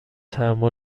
تحمل